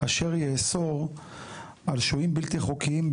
אשר יאסור על שוהים בלתי חוקיים,